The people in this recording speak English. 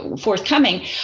forthcoming